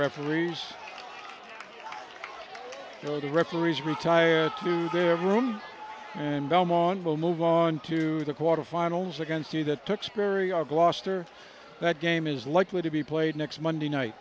referees you know the referees retire to their room and belmont will move on to the quarterfinals against you that took sperry are gloucester that game is likely to be played next monday night